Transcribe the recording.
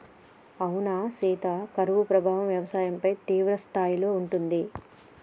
అవునా సీత కరువు ప్రభావం వ్యవసాయంపై తీవ్రస్థాయిలో ఉంటుంది